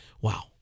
Wow